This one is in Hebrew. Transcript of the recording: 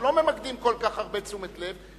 שלא ממקדים כל כך הרבה תשומת לב,